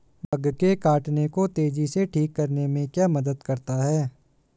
Bug के काटने को तेजी से ठीक करने में क्या मदद करता है?